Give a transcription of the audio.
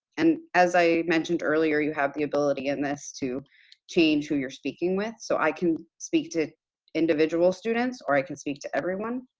and as i mentioned earlier, you have the ability in this to change who you're speaking with. so, i can speak to individual students or i can speak to everyone.